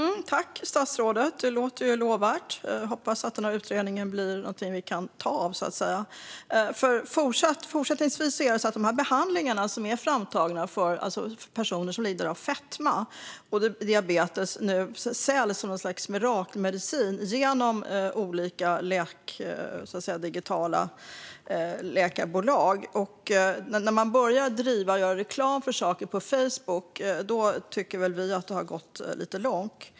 Fru talman och statsrådet! Det låter lovvärt. Jag hoppas att utredningen blir något som vi kan ta del av. Fortsättningsvis säljs nu de här behandlingarna, som är framtagna för personer som lider av fetma och diabetes, som ett slags mirakelmedicin genom olika digitala läkarbolag. När man börjar göra reklam för sådana saker på Facebook tycker vi att det har gått lite långt.